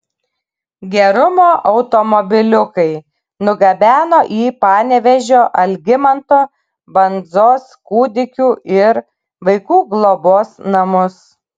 gerumo automobiliukai nugabeno į panevėžio algimanto bandzos kūdikių ir vaikų globos namus